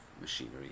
machinery